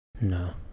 No